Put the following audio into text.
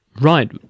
Right